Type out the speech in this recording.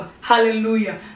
Hallelujah